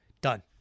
Done